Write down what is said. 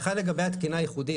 לגבי התקינה הייחודית,